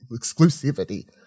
exclusivity